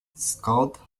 scott